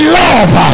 love